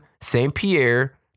Saint-Pierre